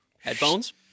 headphones